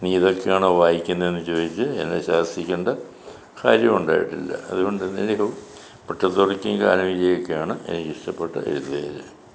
നീ ഇതൊക്കെയാണോ വായിക്കുന്നത് എന്ന് ചോദിച്ച് എന്നെ ശാസിക്കേണ്ട കാര്യമുണ്ടായിട്ടില്ല അതുകൊണ്ട് ഇദ്ദേഹം മുറ്റത്തുവർക്കിയും എനിക്കിഷ്ടപ്പെട്ട എഴുത്തുകാർ